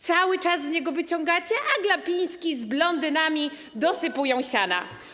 Cały czas z niego wyciągacie, a Glapiński z blondynami dosypują siana.